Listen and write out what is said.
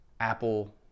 Apple